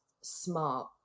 smart